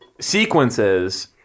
sequences